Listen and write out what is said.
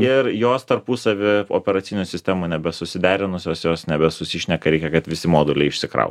ir jos tarpusavį operacinių sistemų nebe susiderinusios jos nebesusišneka reikia kad visi moduliai išsikrautų